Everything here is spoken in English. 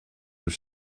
were